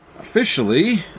Officially